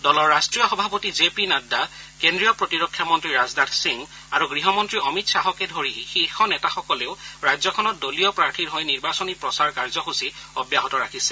দলৰ ৰাট্টীয় সভাপতি জে পি নাড্ডা কেন্দ্ৰীয় প্ৰতিৰক্ষা মন্ত্ৰী ৰাজনাথ সিং আৰু গৃহমন্ত্ৰী অমিত শ্বাহকে ধৰি শীৰ্ষ নেতাসকলে ৰাজ্যখনত দলীয় প্ৰাৰ্থীৰ হৈ নিৰ্বাচনী প্ৰচাৰ কাৰ্যসূচী অব্যাহত ৰাখিছে